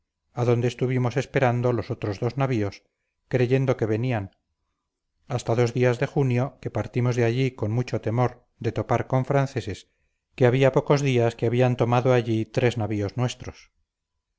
cuba adonde estuvimos esperando los otros dos navíos creyendo que venían hasta dos días de junio que partimos de allí con mucho temor de topar con franceses que había pocos días que habían tomado allí tres navíos nuestros